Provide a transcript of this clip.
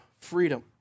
freedom